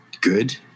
good